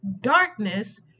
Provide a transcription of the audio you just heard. darkness